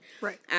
Right